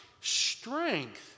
Strength